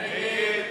ההסתייגות?